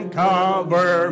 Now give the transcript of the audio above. cover